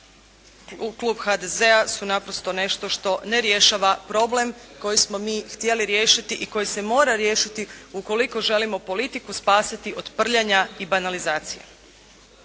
klub HDZ-a su naprosto nešto što ne rješava problem koji smo mi htjeli riješiti i koji se mora riješiti ukoliko želimo politiku spasiti od prljanja i banalizacije.